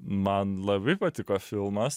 man labai patiko filmas